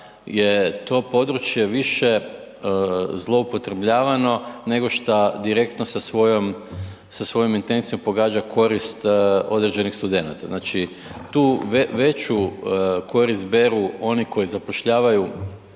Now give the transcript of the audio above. je to područje više zloupotrebljavano nego što direktno sa svojom intencijom pogađa korist određenih studenata. Znači tu veću korist beru oni koji zapošljavaju